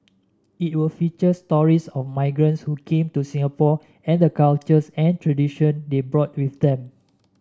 it will feature stories of migrants who came to Singapore and the cultures and tradition they brought with them